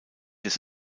des